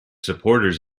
supporters